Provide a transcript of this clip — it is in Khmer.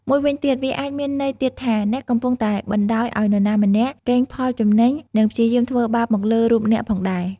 មួយវិញទៀត វាអាចមានន័យទៀតថា អ្នកកំពុងតែបណ្តោយឲ្យនរណាម្នាក់ កេងផលចំណេញ និង ព្យាយាមធ្វើបាបមកលើរូបអ្នកផងដែរ។